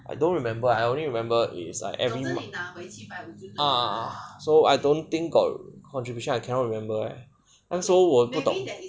I don't remember I only remember it's like every ah so I don't think got contribution I cannot remember leh so 我不懂